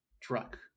truck